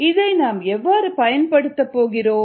இதை நாம் எவ்வாறு பயன்படுத்தப் போகிறோம்